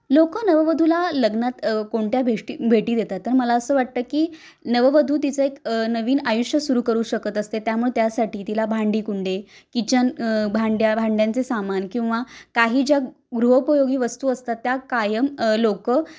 लोकं नववधूला लग्नात कोणत्या भेटी भेटी देतात तर मला असं वाटतं की नववधू तिचं एक नवीन आयुष्य सुरू करू शकत असते त्यामुळे त्यासाठी तिला भांडीकुंडी किचन भांड्या भांड्यांचे सामान किंवा काही ज्या गृहपयोगी वस्तू असतात त्या कायम लोकं